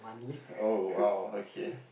oh !wow! okay